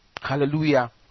Hallelujah